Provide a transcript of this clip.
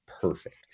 perfect